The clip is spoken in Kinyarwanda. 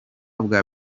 bwa